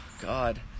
God